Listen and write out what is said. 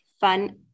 fun